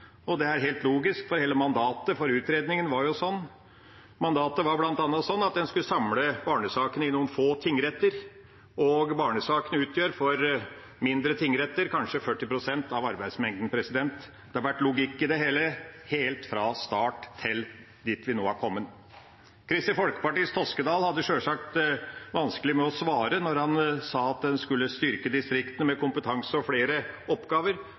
Det er helt logisk, for hele mandatet for utredningen var jo sånn. Mandatet var bl.a. at en skulle samle barnesakene i noen få tingretter, og barnesakene utgjør for mindre tingretter kanskje 40 pst. av arbeidsmengden. Det har vært logikk i det hele helt fra start til dit vi nå er kommet. Kristelig Folkepartis Toskedal hadde selvsagt vanskelig med å svare da han sa at en skulle styrke distriktene med kompetanse og flere oppgaver,